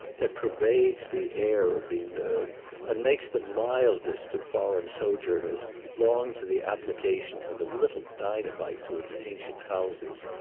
that pervades the air of villeneuve, and makes the mildest of foreign sojourners long for the application of a little dynamite to its ancient houses.